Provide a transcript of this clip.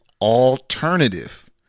alternative